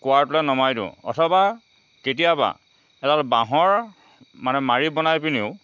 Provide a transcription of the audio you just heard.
কুঁৱাটোলৈ নমাই দিওঁ অথবা কেতিয়াবা এডাল বাঁহৰ মানে মাৰি বনাই পেনিও